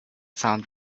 sound